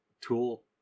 Tool